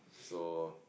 so